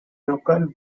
local